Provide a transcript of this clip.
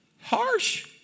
Harsh